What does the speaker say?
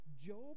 Job